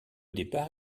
départ